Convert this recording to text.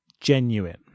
genuine